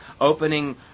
opening